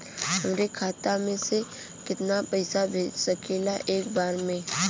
हमरे खाता में से कितना पईसा भेज सकेला एक बार में?